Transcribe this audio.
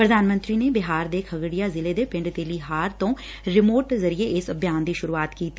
ਪ੍ਰਧਾਨ ਮੰਤਰੀ ਨੇ ਬਿਹਾਰ ਦੇ ਖੱਗੜੀਆ ਜ਼ਿਲ੍ਹੇ ਦੇ ਪਿੰਡ ਤੇਲੀਹਾਰ ਤੋਂ ਰਿਮੋਟ ਜ਼ਰੀਏ ਇਸ ਅਭਿਆਨ ਦੀ ਸੁਰੂਆਤ ਕੀਤੀ